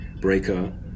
Breaker